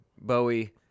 Bowie